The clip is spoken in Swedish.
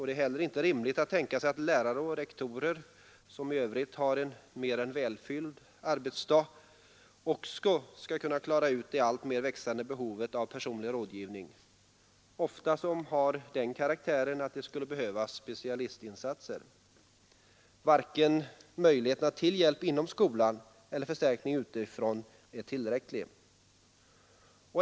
Det är heller inte rimligt att tänka sig att lärare och rektorer, som i övrigt har en mer än välfylld arbetsdag, också skall kunna klara ut de alltmer växande behoven av personlig rådgivning, behov som ofta har den karaktären att det skulle behövas specialistinsatser. Varken möjligheterna till hjälp inom skolan eller förstärkning utifrån är tillräckliga.